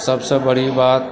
सभसँ बड़ी बात